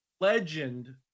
legend